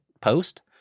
post